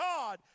God